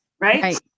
Right